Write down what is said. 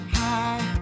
high